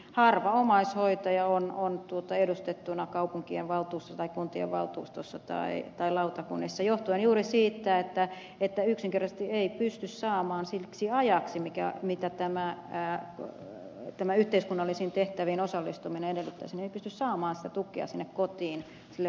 harva omaishoitaja on edustettuna kaupunkien tai kuntien valtuustoissa tai lautakunnissa johtuen juuri siitä että yksinkertaisesti ei pysty saamaan siksi ajaksi jonka tämä yhteiskunnallisiin tehtäviin osallistuminen edellyttäisi sitä tukea sinne kotiin sille hoidettavalle